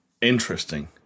Interesting